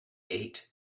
ate